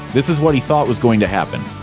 this is what he thought was going to happen.